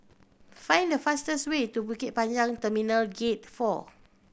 find the fastest way to Pasir Panjang Terminal Gate Four